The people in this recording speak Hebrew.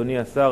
אדוני השר,